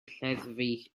lleddfu